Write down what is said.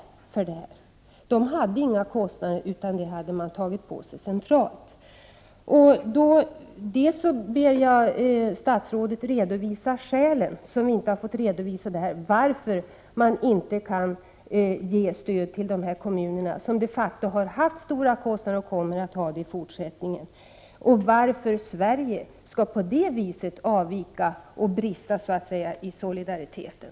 Jag fick till svar att kommunerna hade inga kostnader, utan dem hade man tagit på sig centralt. Med det som bakgrund ber jag statsrådet redogöra för skälen, som vi inte har fått redovisade, till att staten inte här i Sverige kan ge stöd till kommuner som de facto har haft stora kostnader och som kommer att ha det i fortsättningen. Varför skall Sverige på det här sättet avvika och brista i fråga om solidariteten?